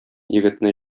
егетне